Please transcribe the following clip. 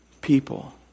people